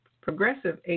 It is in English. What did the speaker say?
progressive